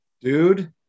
Dude